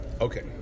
Okay